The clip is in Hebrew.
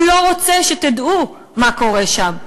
הוא לא רוצה שתדעו מה קורה שם.